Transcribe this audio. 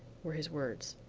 were his words.